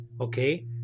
okay